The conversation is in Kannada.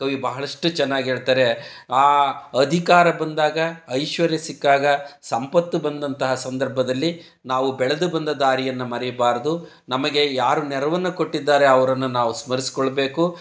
ಕವಿ ಬಹಳಷ್ಟು ಚೆನ್ನಾಗಿ ಹೇಳ್ತಾರೆ ಅಧಿಕಾರ ಬಂದಾಗ ಐಶ್ವರ್ಯ ಸಿಕ್ಕಾಗ ಸಂಪತ್ತು ಬಂದಂತಹ ಸಂದರ್ಭದಲ್ಲಿ ನಾವು ಬೆಳೆದು ಬಂದ ದಾರಿಯನ್ನು ಮರೀಬಾರದು ನಮಗೆ ಯಾರು ನೆರವನ್ನು ಕೊಟ್ಟಿದ್ದಾರೆ ಅವರನ್ನು ನಾವು ಸ್ಮರಿಸಿಕೊಳ್ಬೇಕು